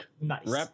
Nice